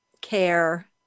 care